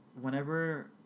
whenever